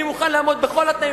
אני מוכן לעמוד בכל התנאים,